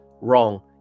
Wrong